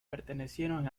pertenecieron